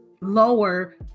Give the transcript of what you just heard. lower